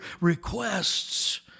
requests